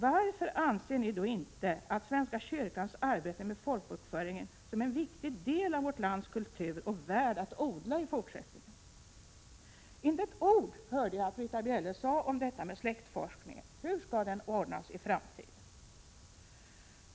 Varför anser ni då inte att svenska kyrkans arbete med folkbokföringen är en viktig del av vårt lands kultur som är värd att odla i fortsättningen? Jag hörde inte Britta Bjelle säga ett ord om släktforskning. Hur skall den ordnas i framtiden?